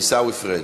עיסאווי פריג'.